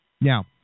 Now